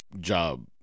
job